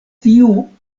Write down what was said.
tiu